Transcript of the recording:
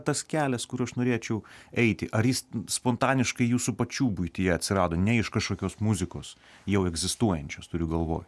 tas kelias kur aš norėčiau eiti ar jis spontaniškai jūsų pačių buityje atsirado ne iš kažkokios muzikos jau egzistuojančios turiu galvoj